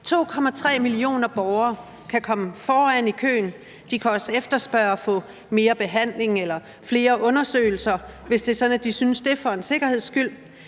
2,3 millioner borgere kan komme foran i køen. De kan også efterspørge at få mere behandling eller flere undersøgelser, hvis det er sådan, at de synes det for en sikkerheds skyld.